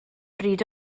bryd